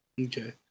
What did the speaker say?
Okay